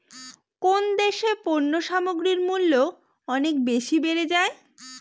কোন দেশে পণ্য সামগ্রীর মূল্য অনেক বেশি বেড়ে যায়?